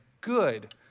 good